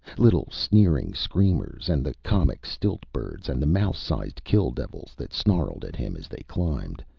little sneering screamers and the comic stilt-birds and the mouse-size kill-devils that snarled at him as they climbed.